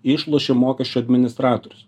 išlošia mokesčių administratorius